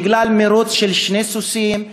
בגלל מירוץ של שני סוסים,